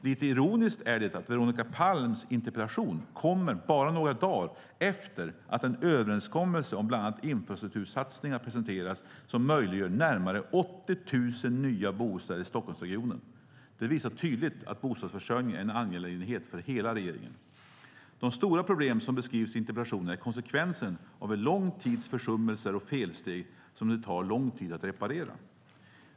Lite ironiskt är det att Veronica Palms interpellation kommer bara några dagar efter att en överenskommelse om bland annat infrastruktursatsningar presenterats som möjliggör närmare 80 000 nya bostäder i Stockholmsregionen. Det visar tydligt att bostadsförsörjningen är en angelägenhet för hela regeringen. De stora problem som beskrivs i interpellationen är konsekvensen av en lång tids försummelser och felsteg som det tar lång tid att reparera.